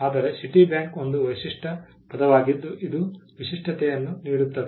ಆದರೆ ಸಿಟಿಬ್ಯಾಂಕ್ ಒಂದು ವಿಶಿಷ್ಟ ಪದವಾಗಿದ್ದು ಇದು ವಿಶಿಷ್ಟತೆಯನ್ನು ನೀಡುತ್ತದೆ